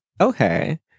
okay